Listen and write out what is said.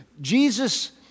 Jesus